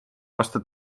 vastu